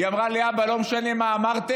היא אמרה לי: אבא, לא משנה מה אמרתם,